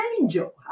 angel